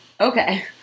Okay